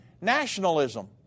nationalism